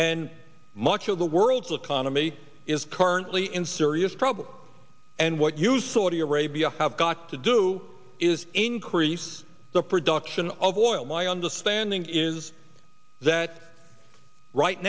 and much of the world's economy is currently in serious problems and what you saudi arabia have got to do is increase the production of oil my understanding is that right